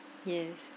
yes